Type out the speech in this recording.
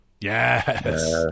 Yes